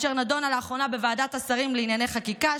אשר נדונה לאחרונה בוועדת השרים לענייני חקיקה,